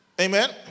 Amen